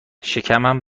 شکمم